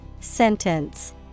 Sentence